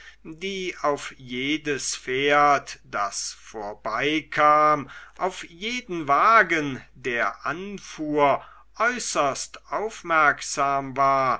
die auf jedes pferd das vorbeikam auf jeden wagen der anfuhr äußerst aufmerksam war